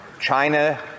China